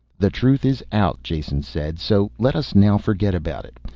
the truth is out, jason said, so let us now forget about it.